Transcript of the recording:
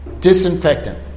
disinfectant